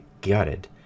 gutted